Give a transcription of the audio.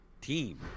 team